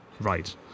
Right